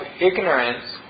ignorance